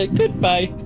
goodbye